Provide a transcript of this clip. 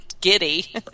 giddy